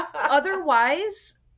Otherwise